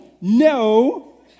no